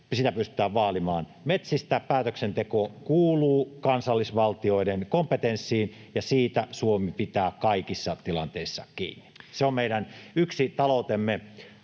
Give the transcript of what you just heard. siellä pystytään vaalimaan. Metsistä päätöksenteko kuuluu kansallisvaltioiden kompetenssiin, ja siitä Suomi pitää kaikissa tilanteissa kiinni. Se on yksi meidän taloutemme,